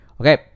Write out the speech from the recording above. Okay